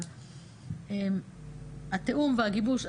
אבל התיאום והגיבוש,